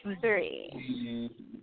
three